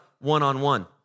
one-on-one